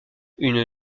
une